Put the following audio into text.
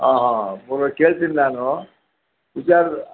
ಆಂ ಹಾಂ ಹಾಂ ಪುನಃ ಕೇಳ್ತೀನಿ ನಾನು ವಿಚಾರ